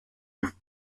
ist